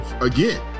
again